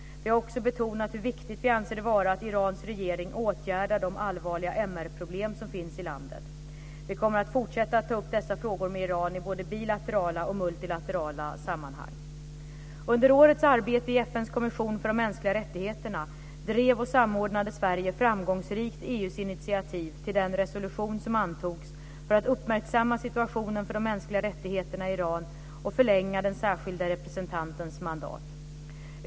Vi har också betonat hur viktigt vi anser det vara att Irans regering åtgärdar de allvarliga MR-problem som finns i landet. Vi kommer att fortsätta att ta upp dessa frågor med Iran i både bilaterala och multilaterala sammanhang. Under årets arbete i FN:s kommission för de mänskliga rättigheterna drev och samordnade Sverige framgångsrikt EU:s initiativ till den resolution som antogs för att uppmärksamma situationen för de mänskliga rättigheterna i Iran och förlänga den särskilde representantens mandat.